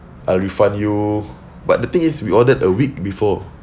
I'll refund you but the thing is we ordered a week before